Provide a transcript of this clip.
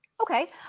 Okay